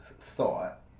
thought